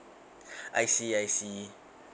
I see I see